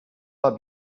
pas